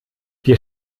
wir